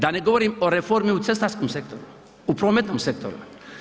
Da ne govorim o reformi u cestarskom sektoru, u prometnom sektoru.